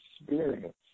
experience